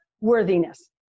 worthiness